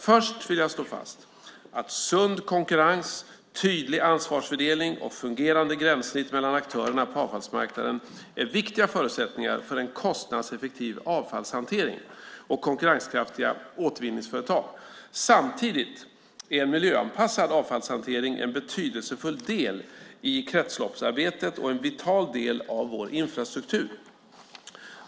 Först vill jag slå fast att sund konkurrens, tydlig ansvarsfördelning och fungerande gränssnitt mellan aktörerna på avfallsmarknaden är viktiga förutsättningar för en kostnadseffektiv avfallshantering och konkurrenskraftiga återvinningsföretag. Samtidigt är en miljöanpassad avfallshantering en betydelsefull del i kretsloppsarbetet och en vital del av vår infrastruktur.